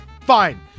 Fine